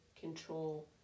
control